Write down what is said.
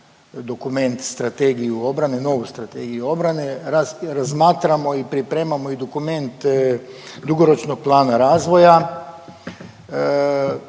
dokument strategiju obrane, novu strategiju obrane, razmatramo i pripremamo i dokument dugoročnog plana razvoja,